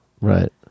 Right